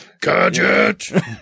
gadget